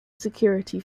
security